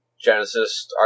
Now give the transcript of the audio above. Genesis